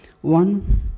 One